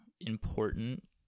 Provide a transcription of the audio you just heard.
important